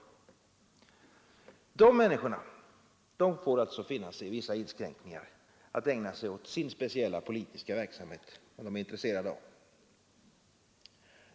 Dessa människor får alltså finna sig i vissa inskränkningar att ägna sig åt sin speciella politiska verksamhet som de är intresserade av.